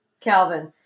Calvin